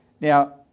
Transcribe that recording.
Now